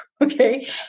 Okay